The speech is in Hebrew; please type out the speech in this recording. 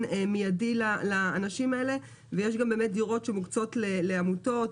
מיידי לאנשים האלה ויש גם באמת דירות שמוקצות לעמותות,